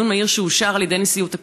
דיון מהיר שאושר על ידי נשיאות הכנסת,